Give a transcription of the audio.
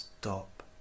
Stop